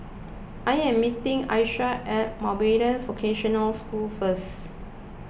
I am meeting Alycia at Mountbatten Vocational School first